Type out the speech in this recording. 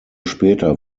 später